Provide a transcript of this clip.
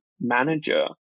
manager